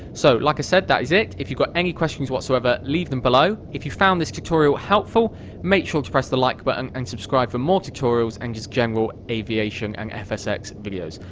so like i said, that is it, if you've got any questions whatsoever, leave them below. if you've found this tutorial helpful make sure to press the like button, and subscribe for more tutorials, and just general aviation and fsx videos.